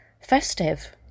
festive